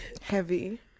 Heavy